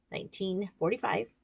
1945